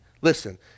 Listen